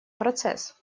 процесс